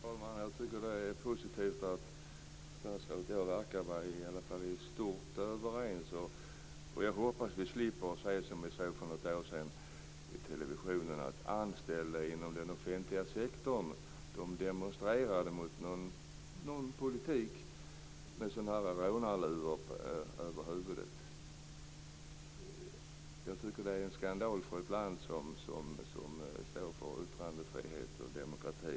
Fru talman! Jag tycker att det är positivt att statsrådet och jag verkar vara överens i stort. Jag hoppas att vi slipper att se det vi såg för något år sedan i televisionen, nämligen att anställda inom den offentliga sektorn demonstrerar mot någon politik med rånarluvor över huvudet. Jag tycker att det är en skandal för ett land som står för yttrandefrihet och demokrati.